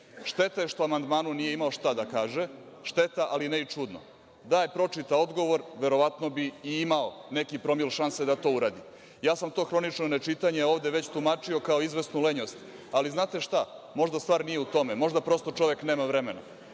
ništa. Šteta je što u amandmanu nije imao šta da kaže. Šteta, ali ne i čudno. Da je pročitao odgovor, verovatno bi i imao neki promil šanse da to uradi. Ja sam to hronično nečitanje ovde već tumačio kao izvesnu lenjost. Ali, znate šta? Možda stvar nije u tom, možda, prosto, čovek nema vremena.